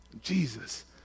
Jesus